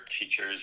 teachers